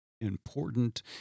important